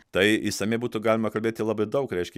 tai išsamiai būtų galima kalbėti labai daug reiškia